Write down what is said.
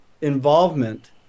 involvement